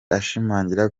ashimangira